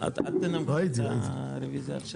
תנמק את הרביזיה.